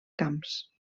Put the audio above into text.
camps